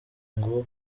ngo